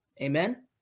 Amen